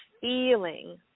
feeling